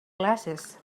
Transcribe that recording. glasses